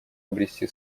обрести